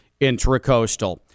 Intracoastal